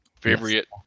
Favorite